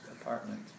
apartment